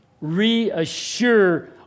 reassure